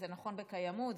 זה נכון בקיימות,